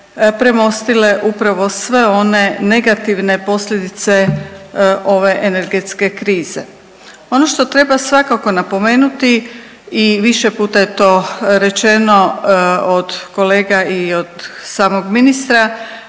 premostile upravo sve one negativne posljedice ove energetske krize. Ono što treba svakako napomenuti i više puta je to rečeno od kolega i od samog ministra,